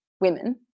women